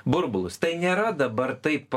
burbulus tai nėra dabar taip